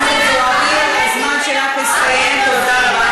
על מה ניחקר, על הפשעים של ה"חמאס"?